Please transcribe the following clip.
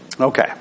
Okay